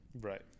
Right